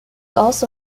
also